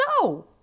no